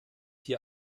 hier